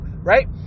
right